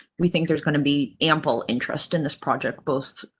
we think there's going to be ample interest in this project both